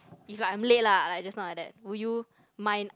if like I'm late lah like just now like that would you mind